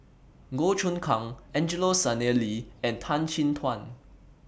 Goh Choon Kang Angelo Sanelli and Tan Chin Tuan